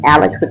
Alex